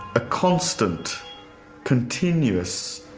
a constant continuous